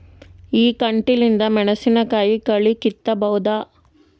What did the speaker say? ಈ ಕಂಟಿಲಿಂದ ಮೆಣಸಿನಕಾಯಿ ಕಳಿ ಕಿತ್ತಬೋದ?